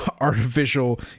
artificial